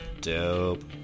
Dope